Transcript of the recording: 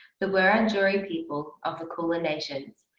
the wurundjeri people of the kulin nations,